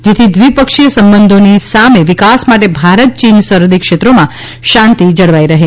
જેથી દ્વિપક્ષીય સંબંધોની સામે વિકાસ માટે ભારત ચીન સરહદી ક્ષેત્રોમાં શાંતી જળવાઇ રહે